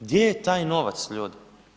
Gdje je taj novac ljudi?